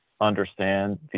understand